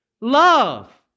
love